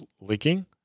leaking